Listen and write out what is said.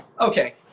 okay